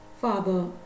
Father